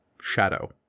shadow